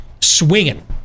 swinging